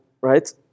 right